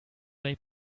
day